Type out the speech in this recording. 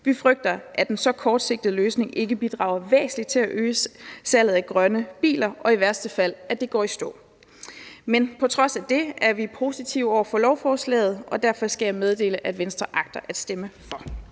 Vi frygter, at en så kortsigtet løsning ikke bidrager væsentligt til at øge salget af grønne biler – og i værste fald, at det går i stå. Men på trods af det er vi positive over for lovforslaget, og derfor skal jeg meddele, at Venstre agter at stemme for.